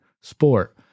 sport